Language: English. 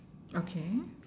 okay